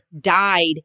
died